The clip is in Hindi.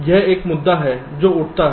यहां एक मुद्दा है जो उठता है